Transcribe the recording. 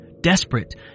desperate